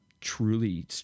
truly